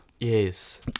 Yes